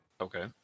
Okay